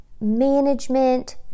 Management